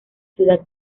ciudad